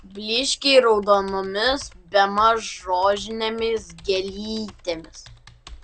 blyškiai raudonomis bemaž rožinėmis gėlytėmis